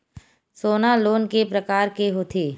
सोना लोन के प्रकार के होथे?